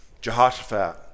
Jehoshaphat